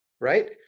right